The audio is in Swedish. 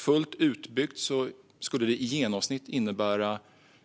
Fullt utbyggt skulle det i genomsnitt innebära